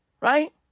right